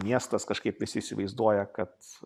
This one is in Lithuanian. miestas kažkaip visi įsivaizduoja kad